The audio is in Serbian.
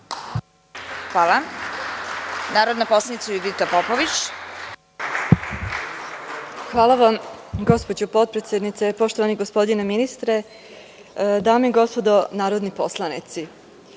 poslanica Judita Popović. **Judita Popović** Hvala vam, gospođo potpredsednice, poštovani gospodine ministre, dame i gospodo narodni poslanici,